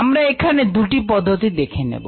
আমরা এখানে দুটি পদ্ধতি দেখে নেব